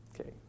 Okay